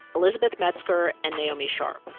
elizabeth metzger and naomi sharp.